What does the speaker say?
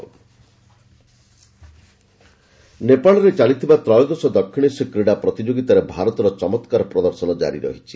south Asian Games ନେପାଳରେ ଚାଲିଥିବା ତ୍ରୟୋଦଶ ଦକ୍ଷିଣ ଏସୀୟ କ୍ରୀଡ଼ା ପ୍ରତିଯୋଗିତାରେ ଭାରତର ଚମତ୍କାର ପ୍ରଦର୍ଶନ ଜାରି ରହିଛି